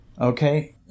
Okay